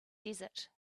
desert